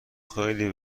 خیلی